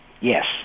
Yes